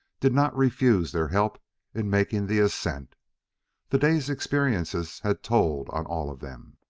did not refuse their help in making the ascent the day's experiences had told on all of them.